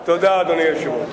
תודה, אדוני היושב-ראש.